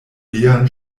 lian